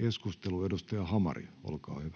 muuttamisesta Time: 22:05 Content: